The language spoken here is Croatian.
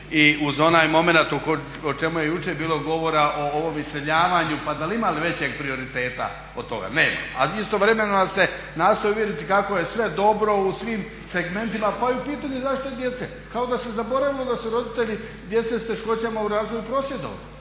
i uz onaj momenat o čemu je jučer bilo govora o ovom iseljavanju, pa da li ima li većeg prioriteta od toga. Nema. A istovremeno nas se nastoji uvjeriti kako je sve dobro u svim segmentima, pa i u pitanju zaštite djece. Kao da se zaboravilo da su roditelji djece s teškoćama u razvoju prosvjedovali,